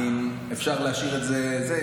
אפשר להשאיר את זה,